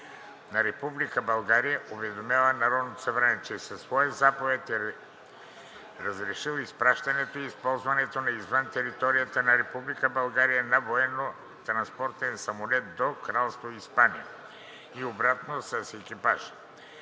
България уведомява Народното събрание, че със своя заповед е разрешил изпращането и използването извън територията на Република България на военнотранспортен самолет до Кралство Испания и обратно с екипаж